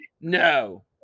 No